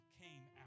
came